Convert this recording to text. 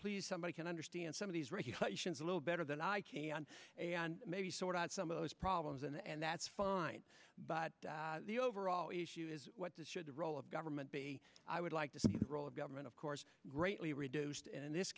pleased somebody can understand some of these regulations a little better than i can maybe sort out some of those problems and that's fine but the overall issue is what this should the role of government be i would like to see the role of government of course greatly reduced in this